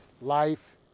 life